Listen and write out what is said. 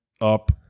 up